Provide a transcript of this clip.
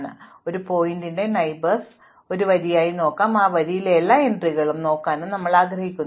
നമുക്ക് ഒരു ശീർഷകത്തിന്റെ അയൽക്കാർ വേണമെങ്കിൽ i വരി നോക്കാനും ആ വരിയിലെ എല്ലാ എൻട്രികളും 1 നോക്കാനും ഞങ്ങൾ ആഗ്രഹിക്കുന്നു